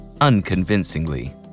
unconvincingly